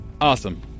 Awesome